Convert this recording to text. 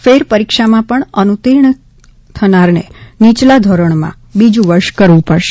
ફેરપરીક્ષામાં પણ અનુતિર્ણ થનારને નીચલા ધોરણમાં બીજુ વર્ષ કરવું પડશે